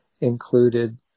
included